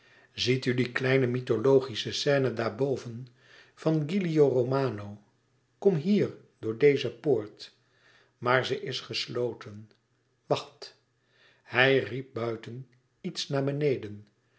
ziet u die kleine mythologische scène daarboven van giulio romano kom hier door deze poort maar ze is gesloten wacht hij riep buiten iets naar beneden